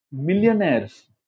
millionaires